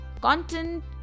content